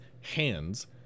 hands